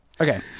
Okay